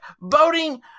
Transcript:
voting